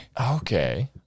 Okay